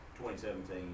2017